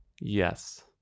Yes